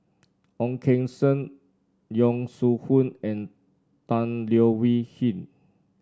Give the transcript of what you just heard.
Ong Keng Sen Yong Shu Hoong and Tan Leo Wee Hin